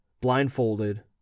blindfolded